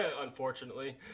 Unfortunately